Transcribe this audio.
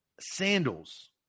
Sandals